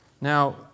Now